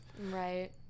right